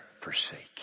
forsake